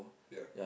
ya